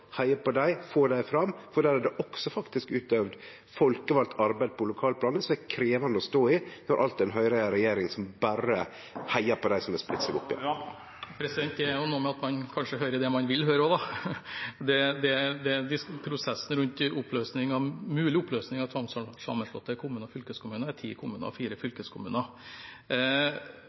på dei og få dei fram? Der er det faktisk også utøvd folkevalt arbeid på lokalplanet som er krevjande å stå i når alt ein høyrer, er ei regjering som berre heiar på dei som … Det er noe med at man kanskje hører det man vil høre. Prosessene rundt mulig oppløsning av tvangssammenslåtte kommuner og fylkeskommuner gjelder ti kommuner og fire fylkeskommuner.